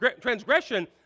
transgression